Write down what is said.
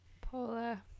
Paula